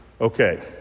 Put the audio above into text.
okay